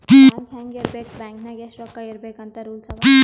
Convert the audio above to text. bank ಹ್ಯಾಂಗ್ ಇರ್ಬೇಕ್ bank ನಾಗ್ ಎಷ್ಟ ರೊಕ್ಕಾ ಇರ್ಬೇಕ್ ಅಂತ್ ರೂಲ್ಸ್ ಅವಾ